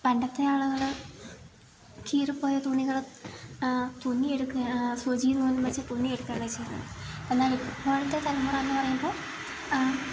പണ്ടത്തെ ആളുകള് കീറി പോയ തുണികള് തുന്നി എടുക്കുകയാണ് സൂചിയും നൂലും വെച്ച് തുന്നി എടുക്കുകയാണ് ചെയ്യാറ് എന്നാൽ ഇപ്പോളത്തെ തലമുറ എന്ന് പറയുമ്പോൾ